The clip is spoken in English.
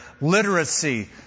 literacy